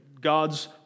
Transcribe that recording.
God's